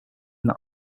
that